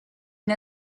une